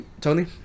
Tony